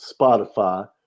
Spotify